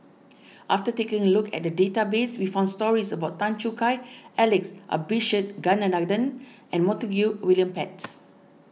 after taking a look at the database we found stories about Tan Choo Kai Alex Abisheganaden and Montague William Pett